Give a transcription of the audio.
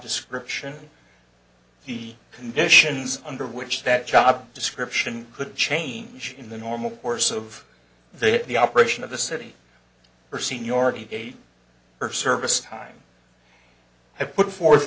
description he conditions under which that job description could change in the normal course of the the operation of the city or seniority eight or service time i have put forth